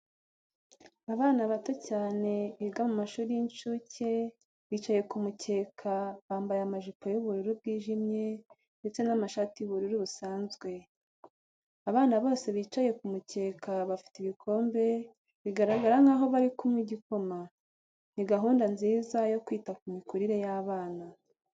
Abana bato cyane biga mu mashuri y'inshuke bicaye ku mukeka, bambaye amajipo y'ubururu bwijimye ndetse n'amashati y'ubururu busanzwe. Aba bose bicaye ku mukeka bafite ibikombe bigaragara nkaho bari kunywa igikoma. Ni gahunda nziza yo kwita ku mikurire y'abana.